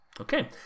Okay